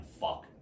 fuck